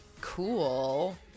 cool